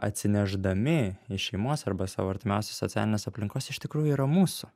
atsinešdami iš šeimos arba savo artimiausios socialinės aplinkos iš tikrųjų yra mūsų